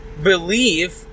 believe